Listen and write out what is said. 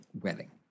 wedding